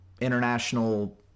international